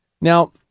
Now